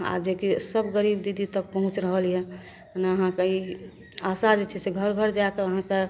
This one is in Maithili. आओर जेकि सभ गरीब दीदी तक पहुँच रहलैए एना अहाँके ई आशा जे छै घर घर जाके अहाँके